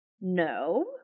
no